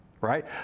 right